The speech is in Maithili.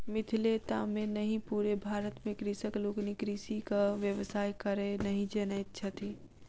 मिथिले टा मे नहि पूरे भारत मे कृषक लोकनि कृषिक व्यवसाय करय नहि जानैत छथि